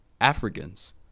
Africans